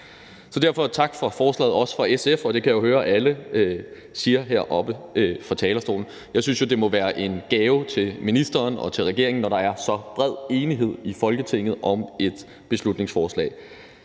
på. Derfor også tak for forslaget fra SF, og det kan jeg jo høre at alle siger heroppe fra talerstolen. Jeg synes, det må være en gave til ministeren og til regeringen, når der er så bred enighed i Folketinget om et beslutningsforslag.